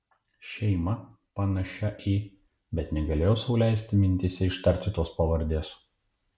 šeima panašia į bet negalėjau sau leisti mintyse ištarti tos pavardės